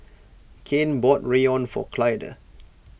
Kanye bought Rawon for Clyda